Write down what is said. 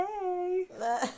hey